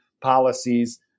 policies